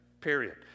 period